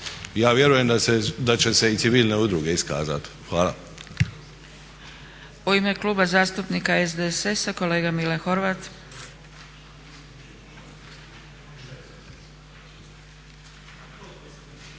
ja vjerujem da će se i civilne udruge iskazati. Hvala.